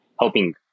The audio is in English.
helping